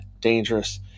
dangerous